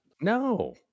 No